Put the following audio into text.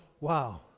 wow